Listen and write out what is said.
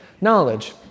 knowledge